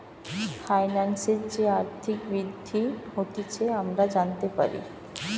ফাইন্যান্সের যে আর্থিক বৃদ্ধি হতিছে আমরা জানতে পারি